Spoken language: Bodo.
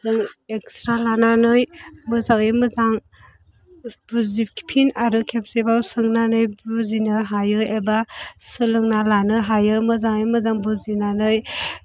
जों एक्स्ट्रा लानानै मोजाङै मोजां फिन आरो खेबसेबाव सोंनानै बुजिनो हायो एबा सोलोंना लानो हायो मोजाङै मोजां बुजिनानै